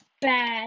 bad